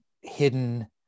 hidden